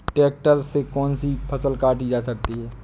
Tractor से कौन सी फसल काटी जा सकती हैं?